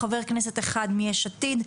חבר כנסת אחד מיש עתיד.